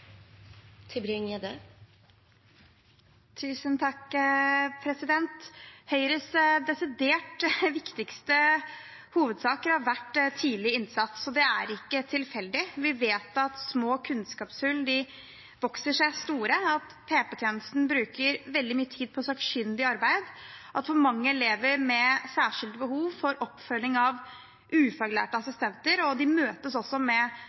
ikke tilfeldig. Vi vet at små kunnskapshull vokser seg store, at PP-tjenesten bruker veldig mye tid på sakkyndig arbeid, og at for mange elever med særskilte behov får oppfølging av ufaglærte assistenter, og de møtes også med